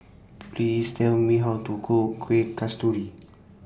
Please Tell Me How to Cook Kueh Kasturi